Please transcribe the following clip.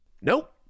Nope